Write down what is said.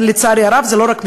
לצערי הרב, זה לא רק משפט,